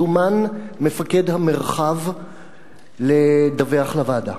זומן מפקד המרחב לדווח לוועדה.